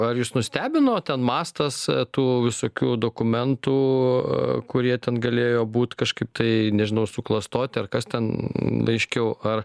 ar jus nustebino ten mastas tų visokių dokumentų kurie ten galėjo būt kažkaip kai nežinau suklastoti ar kas ten aiškiau ar